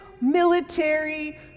military